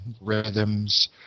rhythms